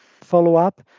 follow-up